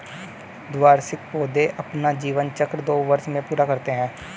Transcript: द्विवार्षिक पौधे अपना जीवन चक्र दो वर्ष में पूरा करते है